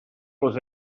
was